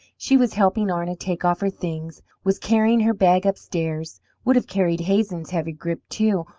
she was helping arna take off her things, was carrying her bag upstairs would have carried hazen's heavy grip, too,